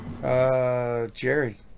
Jerry